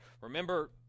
Remember